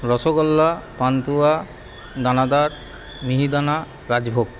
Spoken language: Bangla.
রসগোল্লা পান্তুয়া দানাদার মিহিদানা রাজভোগ